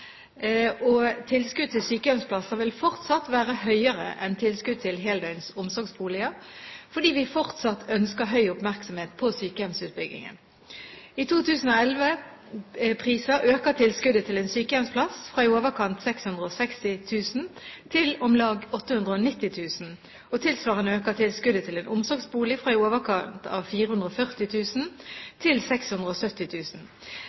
Tilskudd til sykehjemsplasser vil fortsatt være høyere enn tilskudd til heldøgns omsorgsboliger fordi vi fortsatt ønsker høy oppmerksomhet på sykehjemsutbyggingen. I 2011-priser øker tilskuddet til en sykehjemsplass fra i overkant av 660 000 kr til om lag 890 000 kr. Tilsvarende øker tilskuddet til en omsorgsbolig fra i overkant av